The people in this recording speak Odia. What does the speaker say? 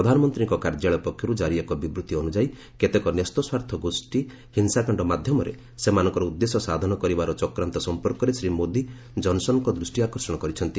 ପ୍ରଧାନମନ୍ତ୍ରୀଙ୍କ କାର୍ଯ୍ୟାଳୟ ପକ୍ଷରୁ ଜାରି ଏକ ବିବୃଭି ଅନୁଯାୟୀ କେତେକ ନ୍ୟସ୍ତସ୍ୱାର୍ଥ ଗୋଷ୍ଠୀ ହିଂସାକାଣ୍ଡ ମାଧ୍ୟମରେ ସେମାନଙ୍କର ଉଦ୍ଦେଶ୍ୟ ସାଧନ କରିବାର ଚକ୍ରାନ୍ତ ସଫପର୍କରେ ଶ୍ରୀ ମୋଦି ଜନ୍ସନ୍ଙ୍କ ଦୃଷ୍ଟି ଆକର୍ଷଣ କରିଛନ୍ତି